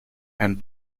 and